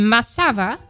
Masava